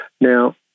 Now